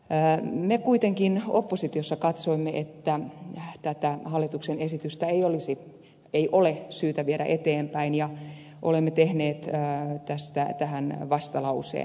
me kuitenkin oppositiossa katsoimme että tätä hallituksen esitystä ei ole syytä viedä eteenpäin ja olemme tehneet tähän vastalauseen